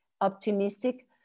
optimistic